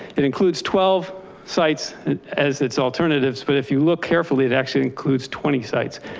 it includes twelve sites as its alternatives, but if you look carefully, it actually includes twenty sites.